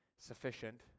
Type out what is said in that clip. sufficient